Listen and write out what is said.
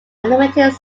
animated